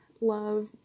love